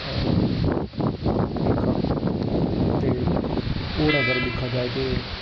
तरीका ते होर अगर दिक्खा जाए ते